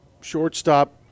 Shortstop